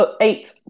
eight